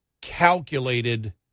calculated –